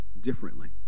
differently